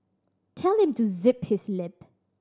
tell him to zip his lip